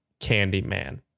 Candyman